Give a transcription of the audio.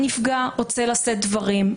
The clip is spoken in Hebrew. הנפגע רוצה לשאת דברים.